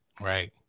Right